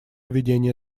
ведения